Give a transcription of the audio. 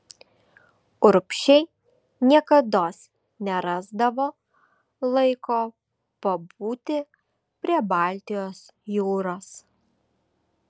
urbšiai niekados nerasdavo laiko pabūti prie baltijos jūros